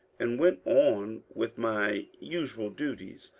and went on with my usual duties.